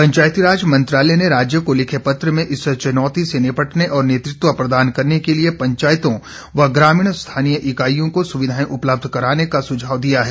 पंचायती राज मंत्रालय ने राज्यों को लिखे पत्र में इस चुनौती से निपटने और नेतृत्व प्रदान करने के लिए पंचायतों व ग्रामीण स्थानीय इकाइयों को सुविधाएं उपलब्ध कराने का सुझाव दिया है